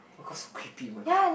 oh so creepy oh-my-god